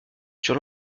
sur